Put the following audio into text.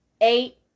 eight